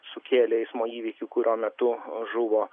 sukėlė eismo įvykį kurio metu žuvo